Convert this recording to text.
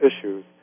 issues